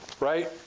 Right